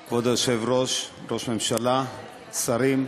היושב-ראש, ראש הממשלה, שרים,